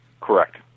Correct